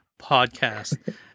podcast